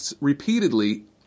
repeatedly